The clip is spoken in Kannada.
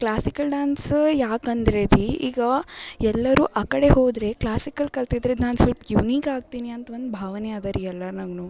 ಕ್ಲಾಸಿಕಲ್ ಡಾನ್ಸ್ ಯಾಕಂದ್ರೆ ರೀ ಈಗ ಎಲ್ಲರು ಆ ಕಡೆ ಹೋದರೆ ಕ್ಲಾಸಿಕಲ್ ಕಲ್ತಿದ್ರೆ ನಾನು ಸ್ವಲ್ಪ್ ಯೂನಿಕ್ ಆಗ್ತೀನಿ ಅಂತ ಒಂದು ಭಾವನೆ ಅದರಿ ಎಲ್ಲರಾಗ್ನು